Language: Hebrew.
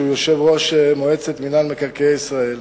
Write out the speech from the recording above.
שהוא יושב-ראש מועצת מינהל מקרקעי ישראל,